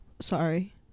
sorry